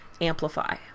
amplify